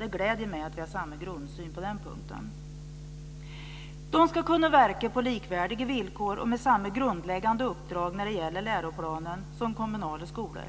Det gläder mig att vi har samma grundsyn på den punkten. Fristående skolor ska kunna verka på likvärdiga villkor och med samma grundläggande uppdrag när det gäller läroplanen som kommunala skolor.